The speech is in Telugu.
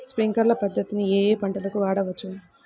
స్ప్రింక్లర్ పద్ధతిని ఏ ఏ పంటలకు వాడవచ్చు?